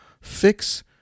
fix